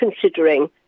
considering